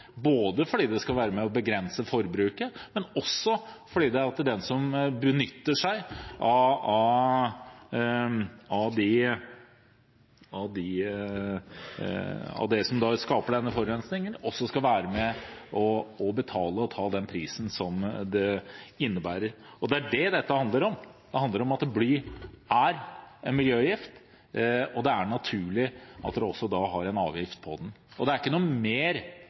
både fordi det skal være med på å begrense forbruket, og fordi den som benytter seg av det som skaper denne forurensningen, også skal være med på å betale og ta den prisen som det innebærer. Det er det dette handler om. Det handler om at bly er en miljøgift, og da er det også naturlig at en har en avgift på den. Denne avgiften er ikke noe mer